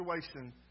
situation